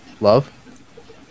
Love